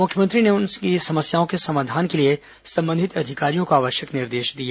मुख्यमंत्री ने उनकी समस्याओं के समाधान के लिए संबंधित अधिकारियों को आवश्यक निर्देश दिए